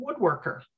woodworker